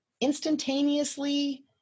instantaneously